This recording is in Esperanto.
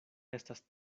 estas